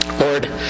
Lord